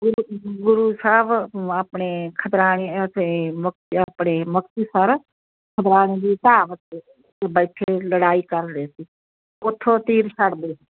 ਗੁਰੂ ਗੁਰੂ ਸਾਹਿਬ ਆਪਣੇ ਖਿਦਰਾਣੇ ਮੁਕ ਆਪਣੇ ਮੁਕਤਸਰ ਖਿਦਰਾਣੇ ਦੀ ਢਾਬ 'ਤੇ ਬੈਠੇ ਲੜਾਈ ਕਰ ਰਹੇ ਸੀ ਉਥੋਂ ਤੀਰ ਛੱਡਦੇ